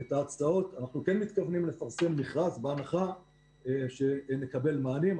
את ההצעות, מכרז בהנחה שנקבל מענים.